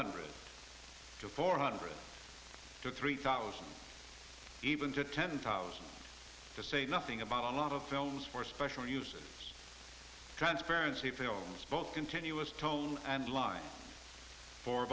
hundred to four hundred to three thousand even to ten thousand to say nothing about a lot of films for special use transparency films both continuous tone and line fo